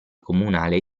comunale